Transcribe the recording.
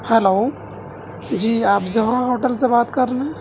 hello جی آپ Zahra hotel سے بات کر رہے ہیں